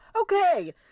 Okay